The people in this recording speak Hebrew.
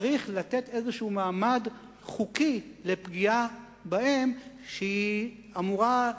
צריך לתת איזה מעמד חוקי לפגיעה בהם שהיא אמורה,